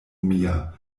mia